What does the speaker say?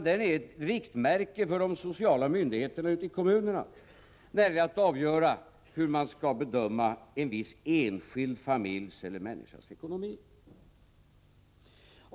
Den är ett riktmärke för de sociala myndigheterna i kommunerna när det gäller att avgöra hur de skall bedöma en viss enskild familjs eller människas ekonomi.